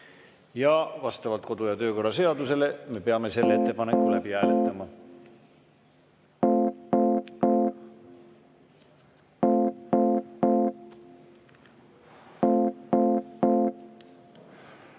Vastavalt kodu- ja töökorra seadusele me peame selle ettepaneku läbi hääletama.